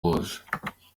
bose